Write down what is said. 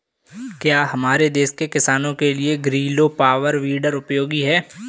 क्या हमारे देश के किसानों के लिए ग्रीलो पावर वीडर उपयोगी है?